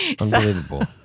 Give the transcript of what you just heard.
Unbelievable